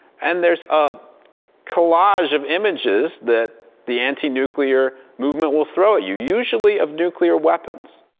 and there's a collage of images that the anti-nuclear movement will throw you, usually of nuclear weapons.